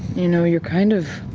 you know, you're kind of.